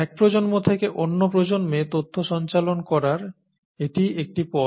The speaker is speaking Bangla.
এক প্রজন্ম থেকে অন্য প্রজন্মে তথ্য সঞ্চালন সম্ভব করার এটি একটি পথ